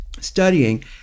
studying